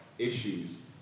Issues